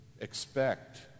expect